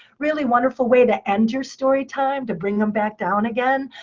really wonderful way to end your story time, to bring them back down again.